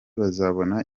bazabona